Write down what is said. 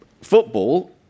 football